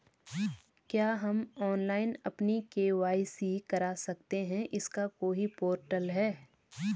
क्या हम ऑनलाइन अपनी के.वाई.सी करा सकते हैं इसका कोई पोर्टल है?